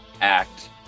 act